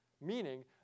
meaning